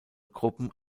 gruppen